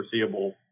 foreseeable